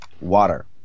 water